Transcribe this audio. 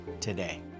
today